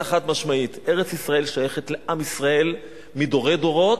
חד-משמעית: ארץ-ישראל שייכת לעם ישראל מדורי דורות,